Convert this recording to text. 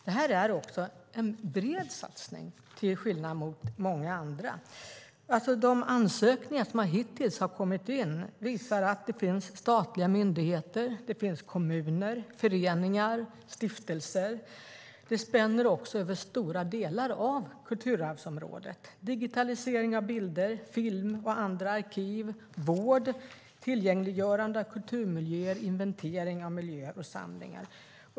Det här är en bred satsning, till skillnad mot många andra. De ansökningar som hittills har kommit in är från statliga myndigheter, kommuner, föreningar och stiftelser. De spänner över stora delar av kulturarvsområdet, till exempel digitalisering av bilder, film och andra arkiv, vård, tillgängliggörande av kulturmiljöer, inventering av miljöer och samlingar.